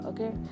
Okay